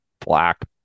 black